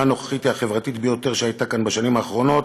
הנוכחית היא החברתית ביותר שהייתה כאן בשנים האחרונות,